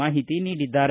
ಮಾಹಿತಿ ನೀಡಿದ್ದಾರೆ